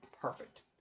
Perfect